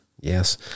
yes